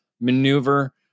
maneuver